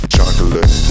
Chocolate